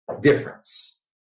difference